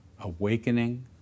awakening